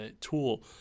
tool